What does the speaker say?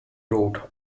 wrote